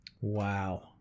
Wow